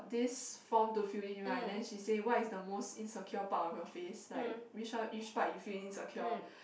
this form to fill in right then she say what is the most insecure part of your face like which one which part you feel insecure